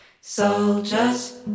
Soldiers